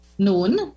Known